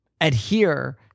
adhere